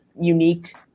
unique